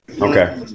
Okay